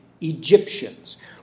Egyptians